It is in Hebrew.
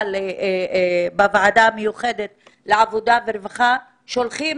בוועדה המיוחדת לעבודה ורווחה, שולחים